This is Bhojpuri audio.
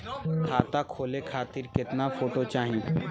खाता खोले खातिर केतना फोटो चाहीं?